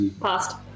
Passed